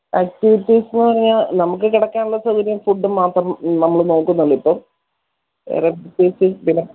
activities എന്നു പറഞ്ഞാൽ നമുക്ക് കിടക്കാനുള്ള സൗകര്യം ഫുഡ്ഡും മാത്രം നമ്മൾ നോക്കുന്നുള്ളിപ്പോൾ വേറെ പ്രത്യേകിച്ച് ഇല്ല